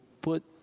put